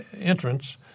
entrance